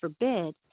forbid